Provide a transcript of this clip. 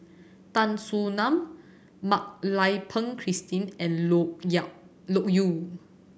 Tan Soo Nan Mak Lai Peng Christine and Loke Loke Yew